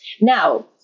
Now